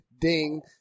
ding